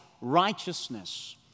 righteousness